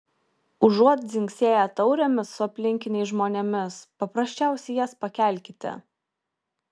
užuot dzingsėję taurėmis su aplinkiniais žmonėmis paprasčiausiai jas pakelkite